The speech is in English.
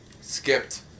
Skipped